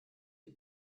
die